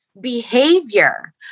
behavior